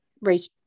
race